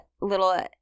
little –